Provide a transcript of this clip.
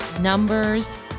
numbers